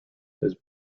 his